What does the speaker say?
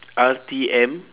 R_T_M